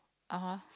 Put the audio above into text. (uh huh)